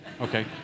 okay